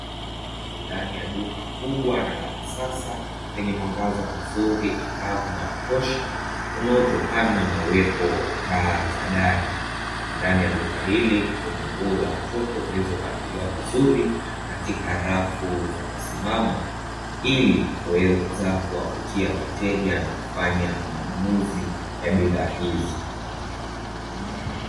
Ndani ya duka kubwa na la kisasa lenye mwangaza mzuri, angavu na wa kutosha; unaotokana na uwepo wa taa za dari. Ndani ya duka hili kuna nguo za watoto zilizopangiliwa vizuri katika rafu za kusimama ili kuweza kuwavutia wateja na kufanya manunuzi ya bidhaa hizi.